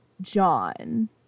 John